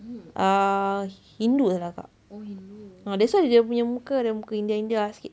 err hindu tak salah kakak ah that's why dia punya muka ada muka india india sikit